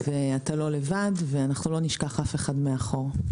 אתה לא לבד ואנחנו לא נשכח אף אחד מאחור.